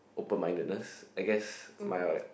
open mindedness I guess my